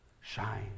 shine